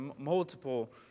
multiple